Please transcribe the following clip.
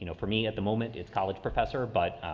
you know for me at the moment it's college professor, but